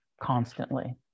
constantly